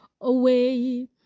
away